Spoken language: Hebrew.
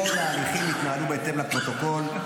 כל ההליכים התנהלו בהתאם לפרוטוקול,